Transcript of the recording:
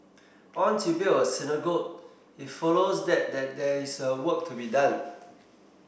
once you build a synagogue it follows that that there is work to be done